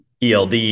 ELD